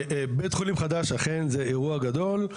בית חולים חדש אכן זה אירוע גדול.